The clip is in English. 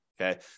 Okay